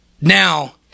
Now